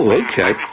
okay